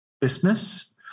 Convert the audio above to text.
business